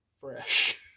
Fresh